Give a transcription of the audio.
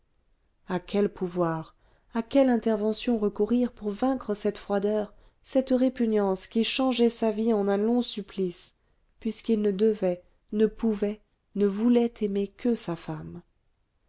à quel pouvoir à quelle intervention recourir pour vaincre cette froideur cette répugnance qui changeaient sa vie en un long supplice puisqu'il ne devait ne pouvait ne voulait aimer que sa femme